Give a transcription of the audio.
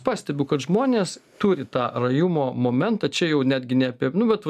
pastebiu kad žmonės turi tą rajumo momentą čia jau netgi ne apie nu vat